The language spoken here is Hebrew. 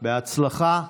בהצלחה.